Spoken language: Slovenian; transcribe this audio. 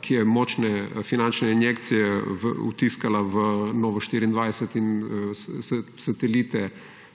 ki je močne finančne injekcije vtiskala v Novo24 in satelite